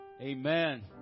Amen